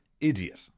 Idiot